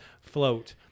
float